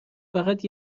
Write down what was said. فقط